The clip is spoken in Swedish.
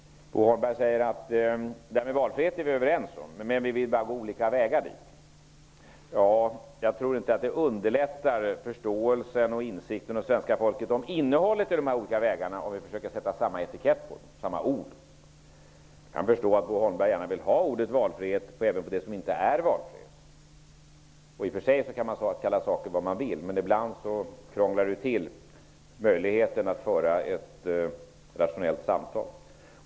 Bo Holmberg säger att vi är överens om valfrihet men att vi vill gå olika vägar för att nå dit. Jag tror inte att det hos svenska folket underlättar förståelsen för och insikten om innehållet i de olika vägarna, om vi försköker sätta samma etikett på dem och använda samma ord. Jag kan förstå att Bo Holmberg gärna vill använda ordet valfrihet även om det som inte är valfrihet. I och för sig kan man kalla saker vad man vill, men ibland krånglar det till möjligheten att föra ett rationellt samtal.